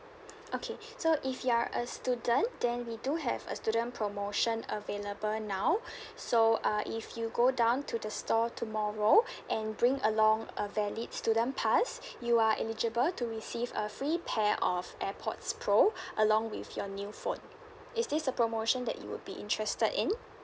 okay so if you are a student then we do have a student promotion available now so uh if you go down to the store tomorrow and bring along a valid student pass you are eligible to receive a free pair of airpods pro along with your new phone is this the promotion that you would be interested in